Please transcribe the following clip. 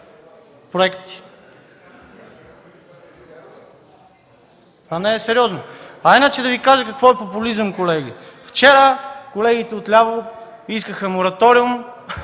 проекти. Това не е сериозно! А иначе, да Ви кажа какво е популизъм, колеги. Вчера колегите отляво искаха мораториум